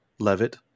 Levitt